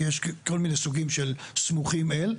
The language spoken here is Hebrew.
כי יש כל מיני סוגים של סמוכים אל.